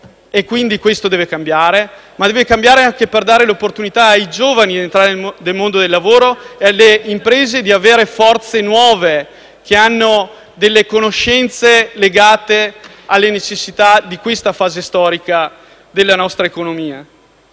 Quindi questo deve cambiare e ciò deve avvenire anche per dare l'opportunità ai giovani di entrare nel mondo del lavoro ed alle imprese di avere forze nuove dotate di conoscenze legate alle necessità di questa fase storica della nostra economia.